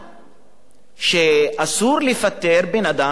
שאסור לפטר בן-אדם שהוא מאוד מוערך,